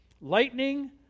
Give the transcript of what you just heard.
lightning